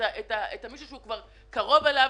את מי שהוא כבר קרוב אליו,